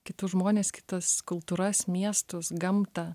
kitus žmones kitas kultūras miestus gamtą